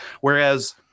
Whereas